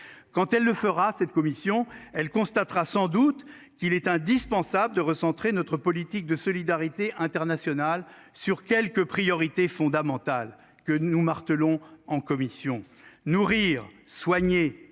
Quand elle le fera cette commission elle constatera sans doute qu'il est indispensable de recentrer notre politique de solidarité internationale sur quelques priorités fondamentales que nous martelant en commission nourrir soigner